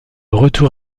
retour